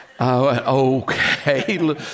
okay